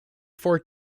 for